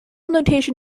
notation